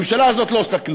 הממשלה הזאת לא עושה כלום,